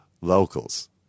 locals